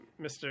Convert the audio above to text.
Mr